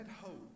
hope